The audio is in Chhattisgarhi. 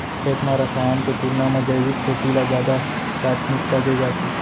खेत मा रसायन के तुलना मा जैविक खेती ला जादा प्राथमिकता दे जाथे